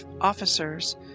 officers